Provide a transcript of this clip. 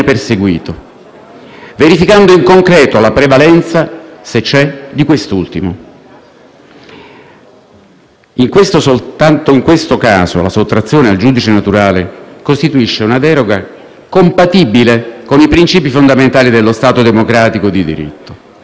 in questo caso la sottrazione al giudice naturale costituisce una deroga compatibile con i principi fondamentali dello Stato democratico di diritto. La comparazione deve essere effettuata secondo criteri di ragionevolezza, razionalità e proporzionalità